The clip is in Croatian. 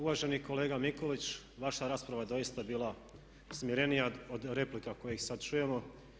Uvaženi kolega Mikulić, vaša rasprava je doista bila smirenija od replika koje sad čujemo.